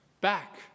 back